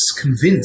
convinced